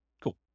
Cool